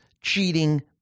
cheating